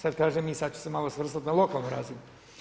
Sad kažem i sad ću se malo svrstati lokalnu razinu.